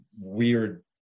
weird